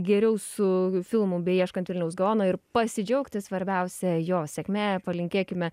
geriau su filmu beieškant vilniaus gaono ir pasidžiaugti svarbiausia jo sėkme palinkėkime